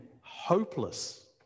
hopeless